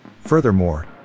Furthermore